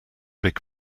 big